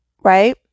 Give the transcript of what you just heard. right